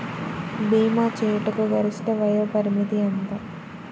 భీమా చేయుటకు గరిష్ట వయోపరిమితి ఎంత?